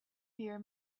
hear